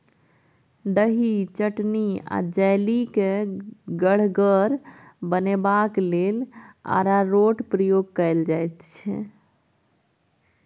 दही, चटनी आ जैली केँ गढ़गर बनेबाक लेल अरारोटक प्रयोग कएल जाइत छै